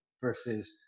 versus